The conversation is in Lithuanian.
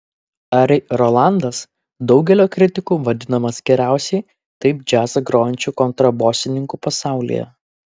ari rolandas daugelio kritikų vadinamas geriausiai taip džiazą grojančiu kontrabosininku pasaulyje